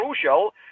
crucial